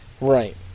Right